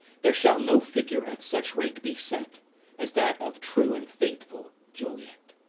there shall no figure at such rate be set as that of true and faithful juliet.